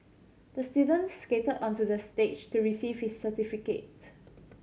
the student skated onto the stage to receive his certificate